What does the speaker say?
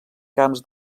camps